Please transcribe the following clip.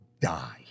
die